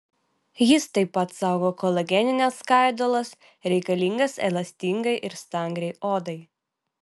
jis taip pat saugo kolagenines skaidulas reikalingas elastingai ir stangriai odai